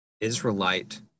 Israelite